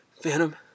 Phantom